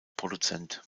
produzent